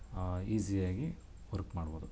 ಈಝಿಯಾಗಿ ವರ್ಕ್ ಮಾಡ್ಬೋದು